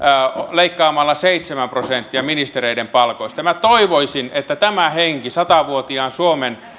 leikkaamalla seitsemän prosenttia ministereiden palkoista ja toivoisin että tämä henki sata vuotiaan suomen